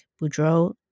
Boudreaux